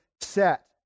set